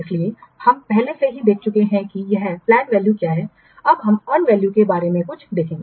इसलिए हम पहले से ही देख चुके हैं कि यह पलैंड वैल्यू क्या है अब हम अर्न वैल्यू के बारे में कुछ देखेंगे